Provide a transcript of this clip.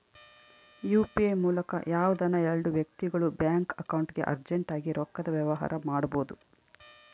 UPI ಮೂಲಕ ಯಾವ್ದನ ಎಲ್ಡು ವ್ಯಕ್ತಿಗುಳು ಬ್ಯಾಂಕ್ ಅಕೌಂಟ್ಗೆ ಅರ್ಜೆಂಟ್ ಆಗಿ ರೊಕ್ಕದ ವ್ಯವಹಾರ ಮಾಡ್ಬೋದು